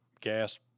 gas